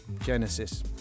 Genesis